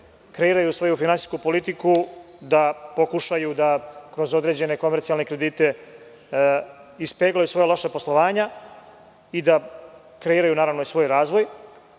kreiraju svoju finansijsku politiku, da pokušaju da kroz određene komercijalne kredite ispeglaju svoja loša poslovanja, da kreiraju svoj razvoj.